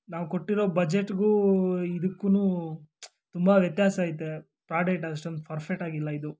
ನಾವು ಕೊಟ್ಟಿರೋ ಬಜೆಟಿಗೂ ಇದಕ್ಕೂ ತುಂಬ ವ್ಯತ್ಯಾಸ ಐತೆ ಪ್ರಾಡಕ್ಟ್ ಅಷ್ಟೊಂದು ಪರ್ಫೆಕ್ಟ್ ಆಗಿಲ್ಲ ಇದು